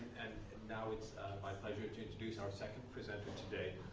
and now it's my pleasure to introduce our second presenter today,